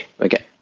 Okay